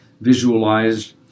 visualized